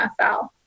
NFL